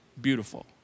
beautiful